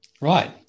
Right